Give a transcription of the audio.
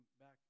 back